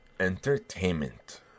entertainment